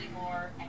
more